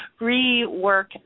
rework